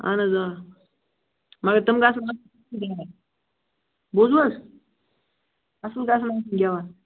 اَہَن حظ آ مگر تِم گژھان بوٗزوٕ حظ اَصٕل گژھان آسٕنۍ گٮ۪وَان